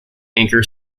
anchor